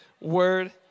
word